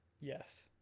yes